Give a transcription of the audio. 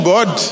God